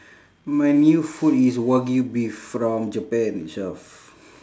my new food is wagyu beef from japan itself